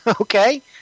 Okay